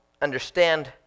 understand